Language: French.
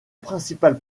principale